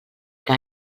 que